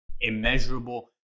immeasurable